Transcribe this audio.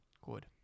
Good